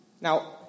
Now